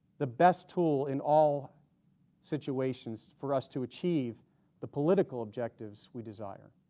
the best tool in all situations for us to achieve the political objectives we desire,